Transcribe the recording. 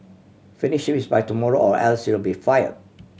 finish this by tomorrow or else you'll be fired